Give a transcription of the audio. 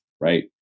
right